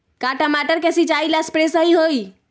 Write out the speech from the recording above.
का टमाटर के सिचाई ला सप्रे सही होई?